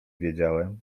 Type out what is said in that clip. wiedziałem